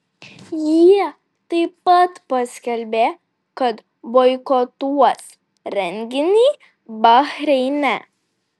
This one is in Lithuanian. jie taip pat paskelbė kad boikotuos renginį bahreine